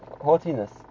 haughtiness